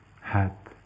hat